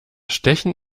stechen